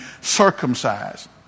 circumcised